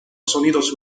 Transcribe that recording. sonidos